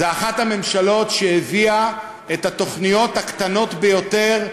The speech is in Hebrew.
זו אחת הממשלות שהביאו את התוכניות הקטנות ביותר,